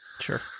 Sure